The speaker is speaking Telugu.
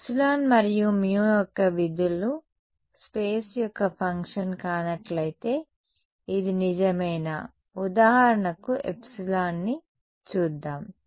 ఎప్సిలాన్ మరియు మ్యు యొక్క విధులు స్పేస్ యొక్క ఫంక్షన్ కానట్లయితే ఇది నిజమేనా ఉదాహరణకు ఎప్సిలాన్ని చూద్దాం